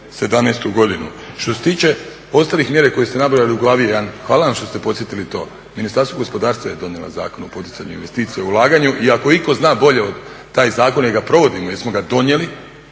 '17.-tu godinu. Što se tiče ostalih mjera koje ste nabrojali u glavi 1, hvala vam što ste podsjetili to, Ministarstvo gospodarstva je donijelo Zakon o poticanju investicija i o ulaganju i ako itko zna bolje taj zakon jer ga provodimo, jer smo ga donijeli,